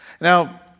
Now